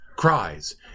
Cries